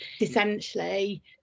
essentially